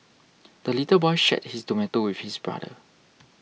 the little boy shared his tomato with his brother